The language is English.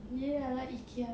ya I like ikea